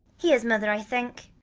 here's mother, i think,